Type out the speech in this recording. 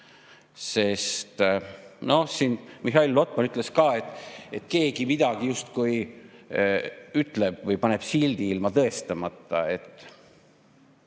Siin Mihhail Lotman ütles ka, et keegi midagi justkui ütleb või paneb sildi ilma tõestamata.